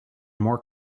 more